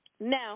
Now